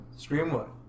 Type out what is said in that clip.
Streamwood